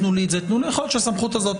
ויכול להיות שהסמכות הזאת,